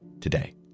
today